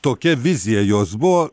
tokia vizija jos buvo